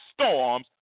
storms